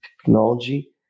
technology